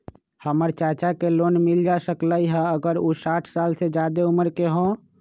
हमर चाचा के लोन मिल जा सकलई ह अगर उ साठ साल से जादे उमर के हों?